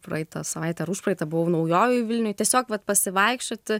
praeitą savaitę ar užpraeitą buvau naujojoj vilnioj tiesiog vat pasivaikščioti